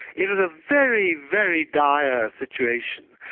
it was a very, very dire situation,